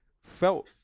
felt